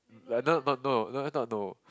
like not not no not not no